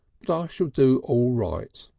ah shall do all right.